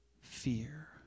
fear